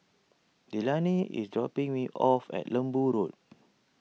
Delaney is dropping me off at Lembu Road